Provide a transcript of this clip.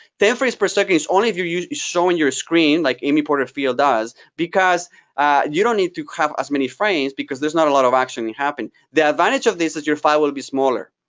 ten frames per second is only if you're showing your screen, like amy porterfield does, because you don't need to have as many frames because there's not a lot of action happening. the advantage of this is your file will be smaller.